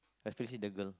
especially the girl